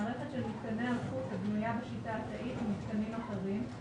מערכת של מתקני אלחוט הבנויה בשיטה התאית ומיתקנים אחרים,